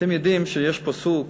אתם יודעים שיש פסוק: